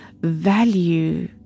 value